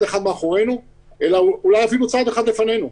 אחד מאחורינו אלא אולי צעד אחד לפנינו.